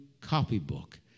copybook